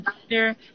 doctor